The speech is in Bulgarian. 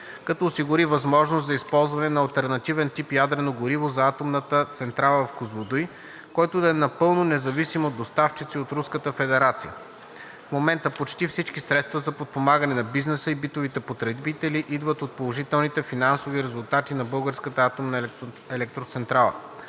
като осигури възможност за използване на алтернативен тип ядрено гориво за атомната централа в Козлодуй, който да е напълно независим от доставчици от Руската федерация. В момента почти всички средства за подпомагане на бизнеса и битовите потребители идват от положителните финансови резултати на Българската атомна електроцентрала.